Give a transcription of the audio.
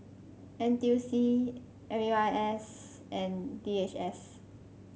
N T U C M U I S and D H S